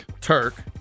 Turk